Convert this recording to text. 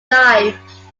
life